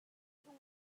chung